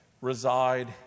reside